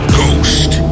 Ghost